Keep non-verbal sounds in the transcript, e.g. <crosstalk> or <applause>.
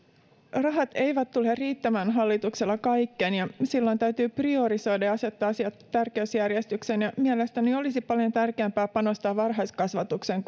rahat eivät tule riittämään hallituksella kaikkeen ja silloin täytyy priorisoida ja asettaa asiat tärkeysjärjestykseen mielestäni olisi paljon tärkeämpää panostaa varhaiskasvatukseen <unintelligible>